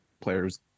players